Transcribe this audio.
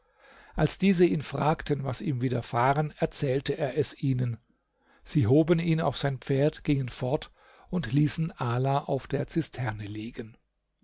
als diese ihn fragten was ihm widerfahren erzählte er es ihnen sie hoben ihn auf sein pferd gingen fort und ließen ala auf der zisterne liegen